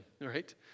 right